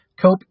Cope